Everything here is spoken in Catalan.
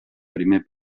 primer